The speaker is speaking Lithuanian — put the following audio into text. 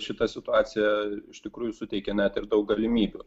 šita situacija iš tikrųjų suteikia net ir daug galimybių